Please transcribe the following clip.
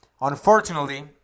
unfortunately